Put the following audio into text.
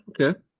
okay